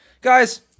guys